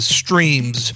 streams